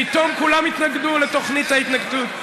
פתאום כולם התנגדו לתוכנית ההתנתקות.